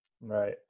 Right